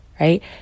right